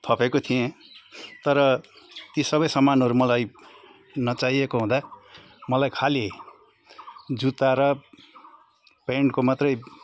थपेको थिएँ तर ती सबै सामानहरू मलाई नचाहिएको हुँदा मलाई खाली जुत्ता र प्यान्टको मात्रै